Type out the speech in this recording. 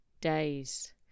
days